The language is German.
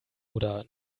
oder